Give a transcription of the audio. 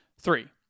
Three